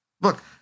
Look